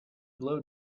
blow